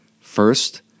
First